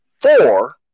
four